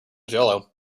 jello